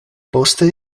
poste